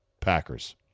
Packers